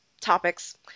topics